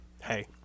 hey